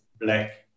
black